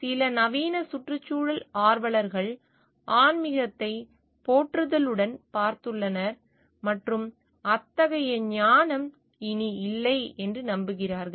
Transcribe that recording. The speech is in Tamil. சில நவீன சுற்றுச்சூழல் ஆர்வலர்கள் ஆன்மிசத்தை போற்றுதலுடன் பார்த்துள்ளனர் மற்றும் அத்தகைய ஞானம் இனி இல்லை என்று நம்புகிறார்கள்